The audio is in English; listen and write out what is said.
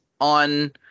on